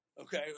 Okay